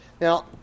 Now